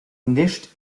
nicht